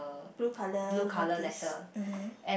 blue colour notice mmhmm